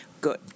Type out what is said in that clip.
good